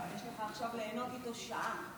עכשיו יש לך ליהנות איתו שעה.